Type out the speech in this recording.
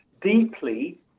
deeply